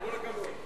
כל הכבוד.